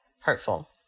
hurtful